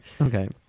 Okay